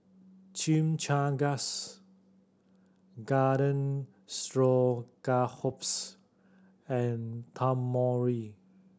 Chimichangas Garden and